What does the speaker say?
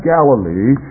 Galilee